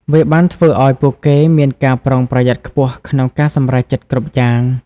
វាបានធ្វើឱ្យពួកគេមានការប្រុងប្រយ័ត្នខ្ពស់ក្នុងការសម្រេចចិត្តគ្រប់យ៉ាង។